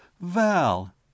Val